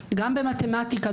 גם במתמטיקה,